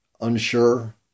unsure